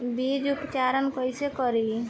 बीज उपचार कईसे करी?